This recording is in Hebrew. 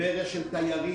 טבריה היא של תיירים.